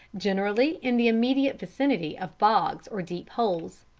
generally in the immediate vicinity of bogs or deep holes.